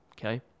okay